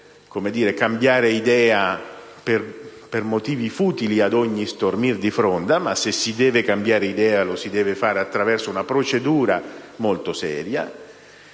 non si può cambiare idea per motivi futili ad ogni stormir di fronda. Se si deve cambiare idea, lo si deve fare attraverso una procedura molto seria;